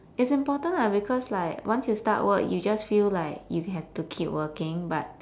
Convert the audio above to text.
it's important lah because like once you start work you just feel like you have to keep working but